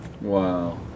Wow